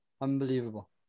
Unbelievable